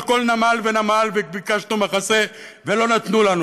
כל נמל ונמל וביקשנו מחסה ולא נתנו לנו,